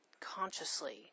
consciously